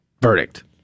verdict